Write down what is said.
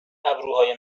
ابروهای